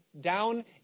down